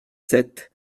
sept